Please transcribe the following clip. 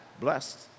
Blessed